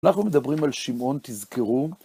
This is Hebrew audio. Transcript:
אנחנו מדברים על שמעון, תזכרו.